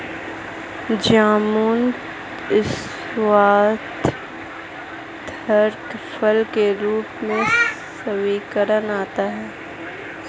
जामुन स्वास्थ्यवर्धक फल के रूप में स्वीकारा जाता है